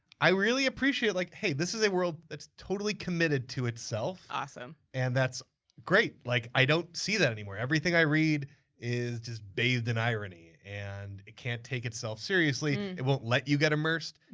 i really appreciate like, hey, this is a world that's totally committed to itself, awesome. and that's great! like, i don't see that anymore. everything i read is just bathed in irony, and it can't take itself seriously. it won't let you get immersed.